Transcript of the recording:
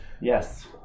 Yes